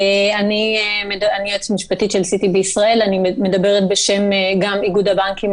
אני יועצת משפטית ומדברת גם בשם איגוד הבנקים